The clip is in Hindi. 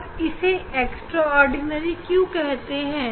अब इसे एक्स्ट्राऑर्डिनरी क्यों कहते हैं